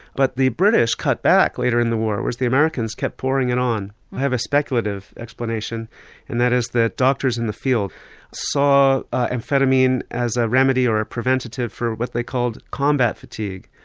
but the british cut back later in the war, whereas the americans kept pouring it on. i have a speculative explanation and that is that doctors in the field saw amphetamine as a remedy or a preventative for what they called combat fatigue.